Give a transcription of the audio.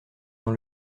dans